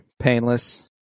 Painless